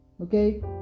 Okay